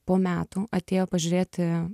po metų atėjo pažiūrėti